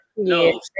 No